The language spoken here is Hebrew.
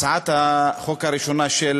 הצעת החוק הראשונה של